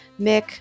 Mick